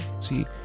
See